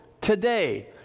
today